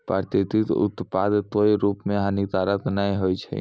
प्राकृतिक उत्पाद कोय रूप म हानिकारक नै होय छै